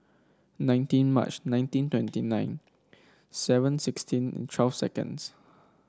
nineteen March nineteen twenty nine seven sixteen twelve seconds